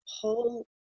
whole